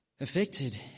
affected